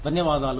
ధన్యవాదాలు